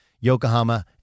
Yokohama